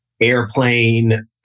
Airplane